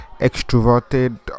extroverted